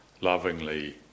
lovingly